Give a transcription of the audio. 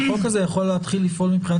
החוק הזה יכול להתחיל לפעול מבחינת